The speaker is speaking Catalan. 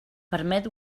permet